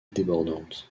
débordante